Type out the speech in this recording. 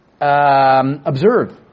observe